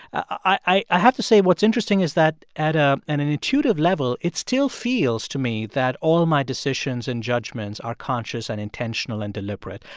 i have to say what's interesting is that at ah and an intuitive level, it still feels to me that all my decisions and judgments are conscious and intentional and deliberate.